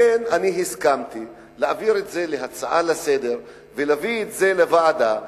לכן אני הסכמתי להפוך את זה להצעה לסדר-היום ולהביא את זה לוועדה,